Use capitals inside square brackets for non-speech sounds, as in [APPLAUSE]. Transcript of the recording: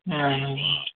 [UNINTELLIGIBLE]